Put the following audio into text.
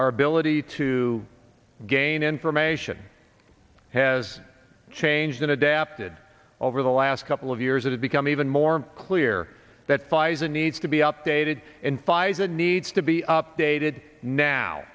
our ability to gain information has changed in adapted over the last couple of years it has become even more clear that fison needs to be updated and fison needs to be updated now